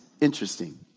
interesting